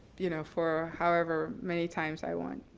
you know, for however many times i want,